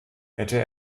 hätte